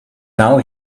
now